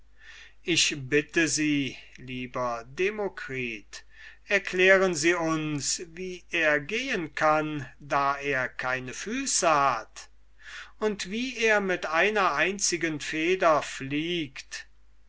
ich bitte sie demokritus erklären sie uns wie er gehen kann da er keine füße hat und wie er mit einer einzigen feder fliegt